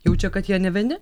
jaučia kad jie ne vieni